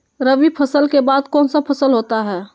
रवि फसल के बाद कौन सा फसल होता है?